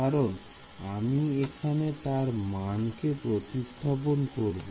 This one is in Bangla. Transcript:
কারণ আমি এখানে তার মানকে প্রতিস্থাপন করব